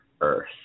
earth